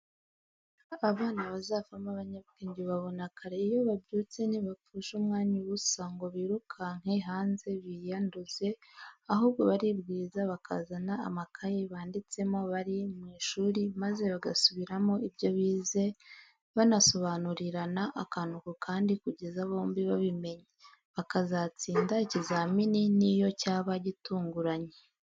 Abana bazavamo abanyabwenge ubabona kare, iyo babyutse ntibapfusha umwanya ubusa ngo birukanke hanze biyanduze, ahubwo baribwiriza bakazana amakaye banditsemo bari mu ishuri, maze bagasubiramo ibyo bize, banasobanurirana akantu ku kandi kugeza bombi babimenye, bakazatsinda ikizamini n'iyo cyaba gitunguranye.